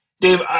Dave